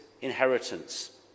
inheritance